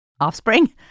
offspring